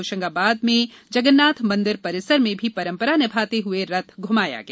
होशंगाबाद में जगन्नाथ मंदिर परिसर में ही परंपरा निभाते हुए रथ घुमाया गया